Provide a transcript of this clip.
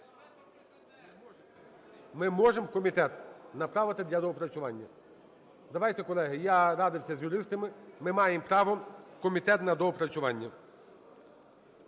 Ми можемо в комітет направити для доопрацювання. Давайте, колеги, я радився з юристами, ми маємо право в комітет на доопрацювання.